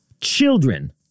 children